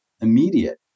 immediate